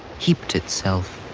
heaped itself,